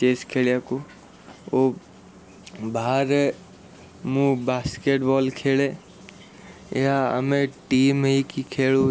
chess ଖେଳିବାକୁ ଓ ବାହାରେ ମୁଁ ବାସ୍କେଟବଲ୍ ଖେଳେ ଏହା ଆମେ ଟିମ୍ ହେଇକି ଖେଳୁ